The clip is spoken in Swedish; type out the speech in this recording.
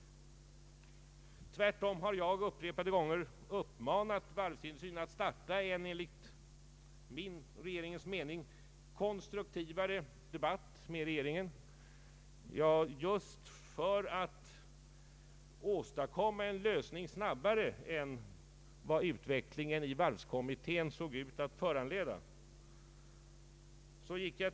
Tvärtom har jag upprepade gånger uppmanat varvsindustrin att starta en mer konstruktiv debatt med regeringen just för att åstadkomma en lösning snabbare än vad utvecklingen i varvskommittén såg ut att föranleda.